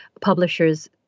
publishers